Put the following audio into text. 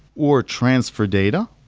or transfer data.